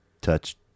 touch